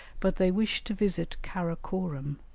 but they wished to visit kara-korum,